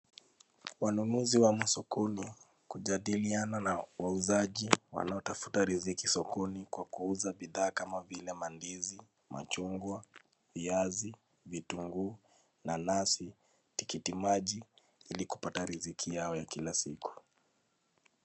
Wanunuzi wamo sokoni kujadiliana na wauzaji wanao tafuta riziki sokoni kwa kuuza bidhaa kama vile mandizi, machungwa, viazi, vitunguu, nanasi, tikiti maji ili kupata riziki yao ya kila siku.